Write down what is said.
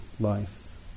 life